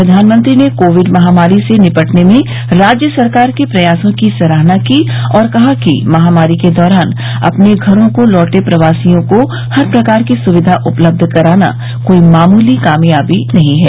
प्रधानमंत्री मोदी ने कोविड महामारी से निपटने में राज्य सरकार के प्रयासों की सराहना की और कहा कि महामारी के दौरान अपने घरों को लौटे प्रवासियों को हर प्रकार की सुविधा उपलब्ध कराना कोई मामूली कामयाबी नहीं है